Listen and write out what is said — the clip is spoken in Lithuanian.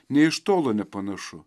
nė iš tolo nepanašu